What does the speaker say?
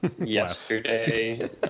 yesterday